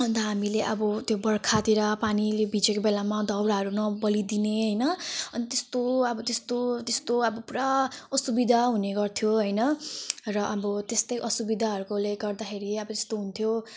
अनि त हामीले अब त्यो बर्खातिर पानीले भिजेको बेलामा दाउराहरू नबली दिने हैन त्यस्तो अब त्यस्तो त्यस्तो अब पुरा असुविधा हुने गर्थ्यो हैन र अब त्यस्तै असुविधाहरूले गर्दाखेरि अब यस्तो हुन्थ्यो